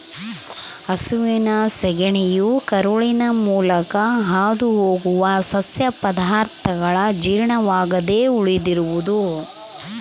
ಹಸುವಿನ ಸಗಣಿಯು ಕರುಳಿನ ಮೂಲಕ ಹಾದುಹೋಗುವ ಸಸ್ಯ ಪದಾರ್ಥಗಳ ಜೀರ್ಣವಾಗದೆ ಉಳಿದಿರುವುದು